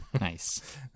Nice